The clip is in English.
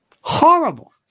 Horrible